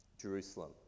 Jerusalem